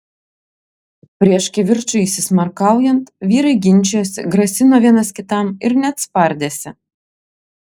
prieš kivirčui įsismarkaujant vyrai ginčijosi grasino vienas kitam ir net spardėsi